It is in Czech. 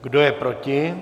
Kdo je proti?